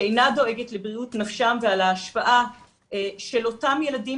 שאינה דואגת לבריאות נפשם ועל ההשפעה של אותם ילדים